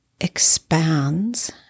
expands